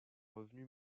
revenu